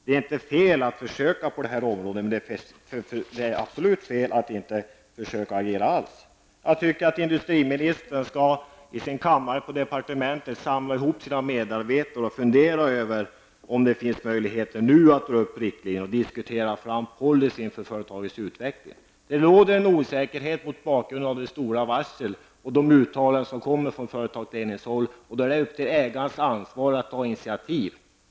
Det vore absolut fel av statsrådet att inte agera alls. Jag tycker att industriministern skall samla ihop sina medarbetare på departementet och diskutera om det nu finns möjligheter att dra upp riktlinjer för en policy för företagets utveckling. När det råder osäkerhet på grund av de många varslen och de uttalanden som gjorts av företagsledningen, är det ägarens ansvar att ta initiativ.